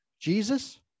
Jesus